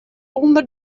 ûnder